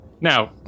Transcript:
Now